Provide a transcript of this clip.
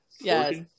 Yes